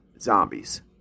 zombies